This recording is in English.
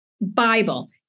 Bible